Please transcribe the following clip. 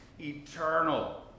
eternal